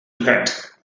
hurt